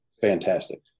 fantastic